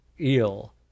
eel